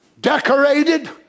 decorated